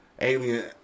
alien